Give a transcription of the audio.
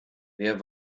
wer